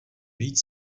víc